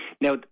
Now